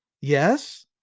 Yes